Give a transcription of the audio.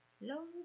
long